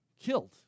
killed